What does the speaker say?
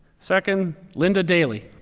second, linda daly.